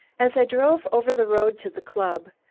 as i drove over the road to the club,